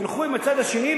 ילכו עם הצד השני,